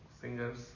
singers